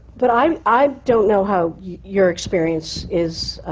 but i i don't know how your experience is,